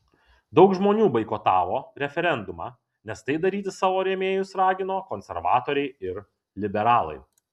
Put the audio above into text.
daug žmonių boikotavo referendumą nes tai daryti savo rėmėjus ragino konservatoriai ir liberalai